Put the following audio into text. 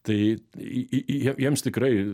tai jie jie jiems tikrai